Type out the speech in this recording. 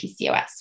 PCOS